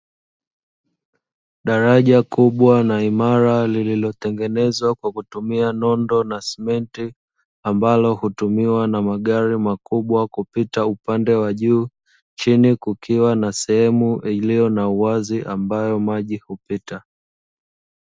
Daraja kubwa na imara, liliotengenezwa kwa kutumia nondo na simenti, ambalo hutumiwa na magari makubwa kupita upande wa juu. Chini kukiwa na uwazi ambao maji hupita.